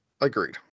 Agreed